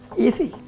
easy.